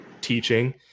teaching